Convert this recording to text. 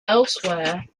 elsewhere